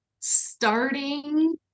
starting